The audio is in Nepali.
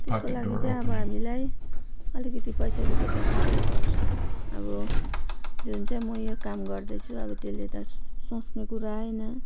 त्यसको लागि चाहिँ अब हामीलाई अलिकति पैसा रुपियाँको खाँचै पर्छ अब जुन चाहिँ म यो काम गर्दैछु अब त्यसले त सोच्ने कुरा आएन